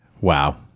wow